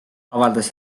avaldas